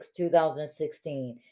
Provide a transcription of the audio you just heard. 2016